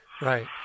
Right